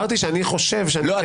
אמרתי שאני חושב שאני יודע.